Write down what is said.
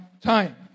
time